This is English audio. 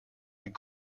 and